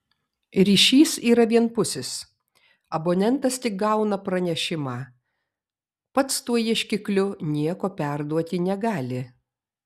ryšys yra vienpusis abonentas tik gauna pranešimą pats tuo ieškikliu nieko perduoti negali